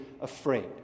afraid